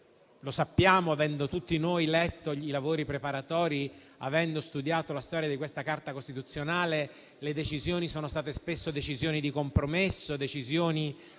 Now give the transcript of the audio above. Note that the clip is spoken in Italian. Sappiamo, avendo tutti noi letto i lavori preparatori e avendo studiato la storia di questa Carta costituzionale, che le decisioni sono state spesso di compromesso, dettate,